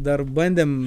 dar bandėm